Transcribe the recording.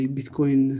Bitcoin